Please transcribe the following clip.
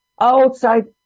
outside